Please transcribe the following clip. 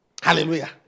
Hallelujah